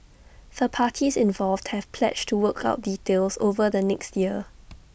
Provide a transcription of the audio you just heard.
the parties involved have pledged to work out details over the next year